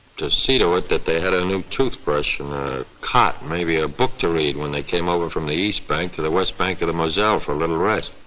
to see to it that they had a new toothbrush and a cot, maybe a book to read when they came over from the east bank to the west bank of the moselle for a little rest.